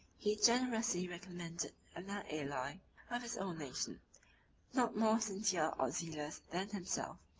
he generously recommended another ally of his own nation not more sincere or zealous than himself,